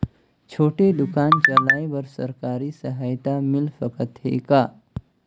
छोटे दुकान चलाय बर सरकारी सहायता मिल सकत हे का?